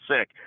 sick